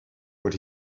what